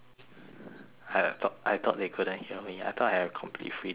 I thought I thought they couldn't hear me I thought I had complete freedom but no